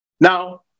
Now